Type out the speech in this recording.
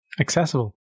Accessible